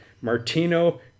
Martino